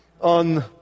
on